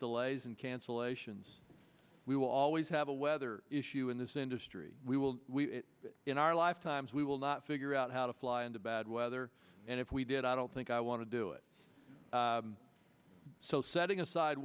delays and cancellations we will always have a weather issue in this industry we will in our lifetimes we will not figure out how to fly in the bad weather and if we did i don't think i want to do it so setting aside